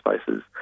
spaces